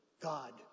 God